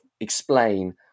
explain